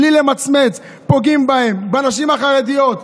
בלי למצמץ פוגעים בהם, בנשים החרדיות.